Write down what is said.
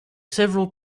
several